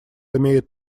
имеют